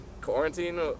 Quarantine